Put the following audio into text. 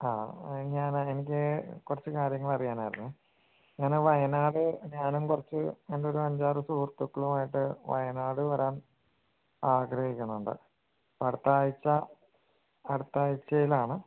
ആ ഞാൻ എനിക്ക് കുറച്ചു കാര്യങ്ങൾ അറിയാനായിരുന്നു ഞാൻ വയനാട് ഞാനും കുറച്ചു എൻ്റെ ഒരു അഞ്ച് ആറ് സുഹൃത്തുക്കളുമായിട്ട് വയനാട് വരാൻ ആഗ്രഹിക്കുന്നുണ്ട് അടുത്ത ആഴ്ച അടുത്ത ആഴ്ചയിലാണ്